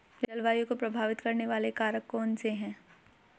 जलवायु को प्रभावित करने वाले कारक कौनसे हैं?